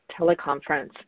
teleconference